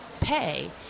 pay